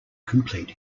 complete